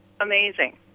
amazing